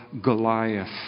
Goliath